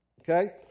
Okay